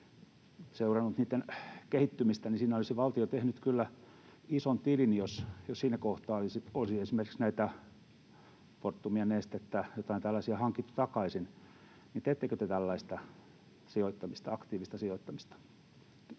seurannut niitten kehittymistä, ja siinä olisi valtio tehnyt kyllä ison tilin, jos siinä kohtaa olisi esimerkiksi Fortumia ja Nestettä, jotain tällaisia, hankittu takaisin. Teettekö te tällaista sijoittamista,